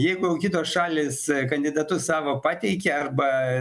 jeigu kitos šalys kandidatus savo pateikė arba